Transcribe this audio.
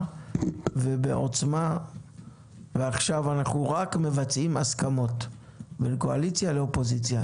ובעוצמה ועכשיו אנחנו רק מבצעים הסכמות בין קואליציה לאופוזיציה.